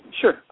Sure